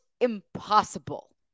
impossible